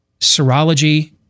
serology